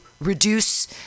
reduce